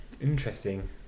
Interesting